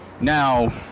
now